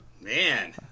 Man